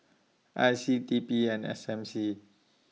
I C T P and S M C